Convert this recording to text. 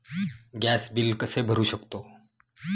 Gas bill कसे भरू शकतो?